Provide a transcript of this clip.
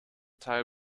teil